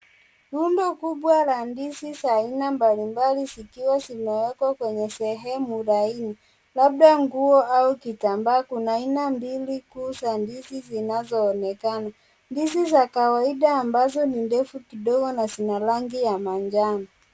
Rundo kubwa la ndizi za aina mbalimbali zikiwa zimewekwa kwenye sehemu laini, labda nguo au kitambaa kuna aina mbili kuu za ndizi zinazoonekana ndizi za kawaida ambazo ni ndefu kidogo na zina rangi ya manjano.